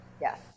Yes